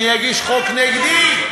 אני אגיש חוק נגדי.